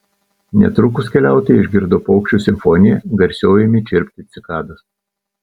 netrukus keliautojai išgirdo paukščių simfoniją garsiau ėmė čirpti cikados